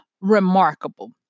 remarkable